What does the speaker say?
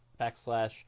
backslash